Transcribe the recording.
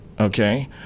Okay